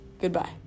Goodbye